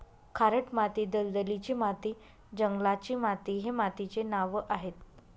खारट माती, दलदलीची माती, जंगलाची माती हे मातीचे नावं आहेत